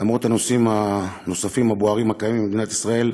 למרות הנושאים הנוספים הבוערים הקיימים במדינת ישראל,